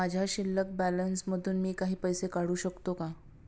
माझ्या शिल्लक बॅलन्स मधून मी काही पैसे काढू शकतो का?